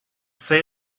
say